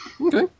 Okay